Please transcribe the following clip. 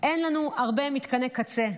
אין לנו הרבה מתקני קצה,